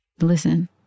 Listen